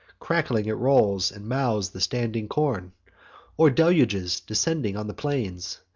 crackling it rolls, and mows the standing corn or deluges, descending on the plains,